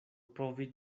provi